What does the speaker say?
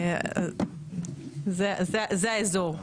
זה האזור.